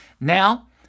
Now